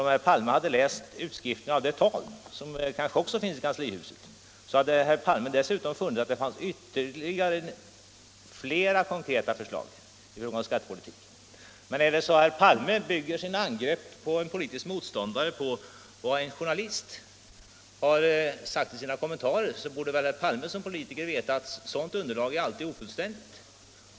Om herr Palme hade läst utskriften av det talet, som kanske också finns i kanslihuset, hade herr Palme funnit att det fanns ytterligare flera konkreta förslag rörande skattepolitiken. Men är det så att herr Palme bygger sina angrepp på en politisk motståndare på vad en journalist sagt i sina kommentarer borde herr Palme som politiker veta att ett sådant underlag alltid är ofullständigt.